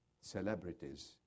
celebrities